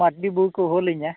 ᱢᱟᱹᱨᱰᱤ ᱵᱟᱹᱵᱩ ᱠᱚ ᱦᱚᱦᱚ ᱞᱤᱧᱟ